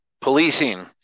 policing